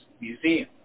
Museum